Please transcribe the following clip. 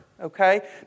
okay